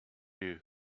you